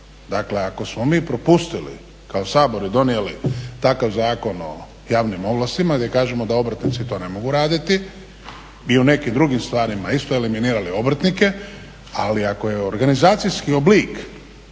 Dakle, ako smo mi propustili kao Sabor i donijeli takav Zakon o javnim ovlastima gdje kažemo da obrtnici to ne mogu raditi bi u nekim drugim stvarima isto eliminirali obrtnike, ali ako je organizacijski oblik